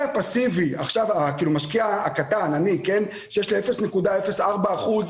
אלישע, קודם כול, בהחלט הארת את עינינו.